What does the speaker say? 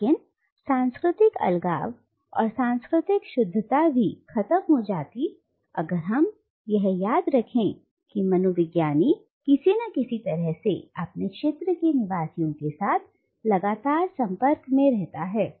लेकिन सांस्कृतिक अलगाव और सांस्कृतिक शुद्धता भी खत्म हो जाती अगर हम यह याद रखें कि मनोविज्ञान विज्ञानी किसी ना किसी तरह से अपने अध्ययन के क्षेत्र के निवासियों के साथ लगातार संपर्क में रहता है